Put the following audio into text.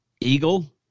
eagle